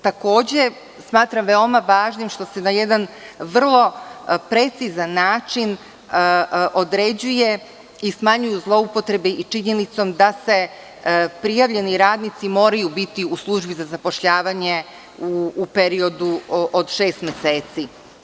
Takođe, smatram veoma važnim što se na jedan vrlo precizan način određuje i smanjuju zloupotrebe i činjenicom da prijavljeni radnici moraju biti u službi za zapošljavanje u periodu od šest meseci.